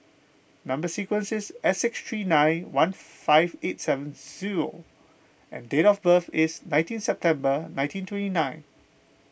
Number Sequence is S six three nine one five eight seven zero and date of birth is nineteen September nineteen twenty nine